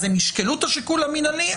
הם ישקלו את השיקול המינהלי,